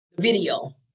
video